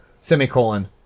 semicolon